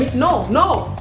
no! no!